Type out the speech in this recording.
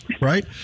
right